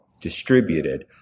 distributed